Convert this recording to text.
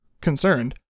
concerned